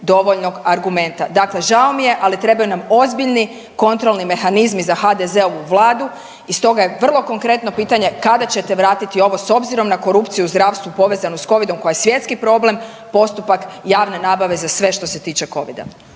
dovoljnog argumenta? Dakle, žao mi je ali trebaju nam ozbiljni kontrolni mehanizmi za HDZ-ovu vladu i stoga je vrlo konkretno pitanje, kada ćete vratiti na ovo s obzirom na korupciju u zdravstvu povezanu s covidom koja je svjetski problem postupak javne nabave za sve što se tiče covida?